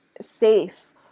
safe